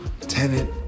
Tenant